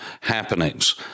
happenings